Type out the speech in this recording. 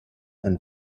and